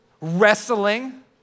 Wrestling